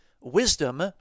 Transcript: Wisdom